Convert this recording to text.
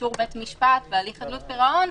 באישור בית המשפט בהליך חדלות פירעון,